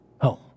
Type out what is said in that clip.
home